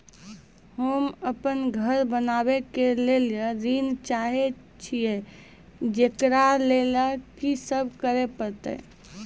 होम अपन घर बनाबै के लेल ऋण चाहे छिये, जेकरा लेल कि सब करें परतै?